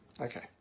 Okay